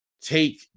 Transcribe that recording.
take